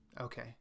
Okay